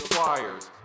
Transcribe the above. Flyers